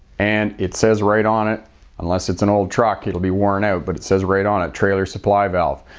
and it says right on it ah nless it's an old truck it will be worn out but it says right on it trailer supply valve.